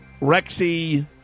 Rexy